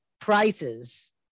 prices